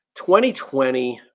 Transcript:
2020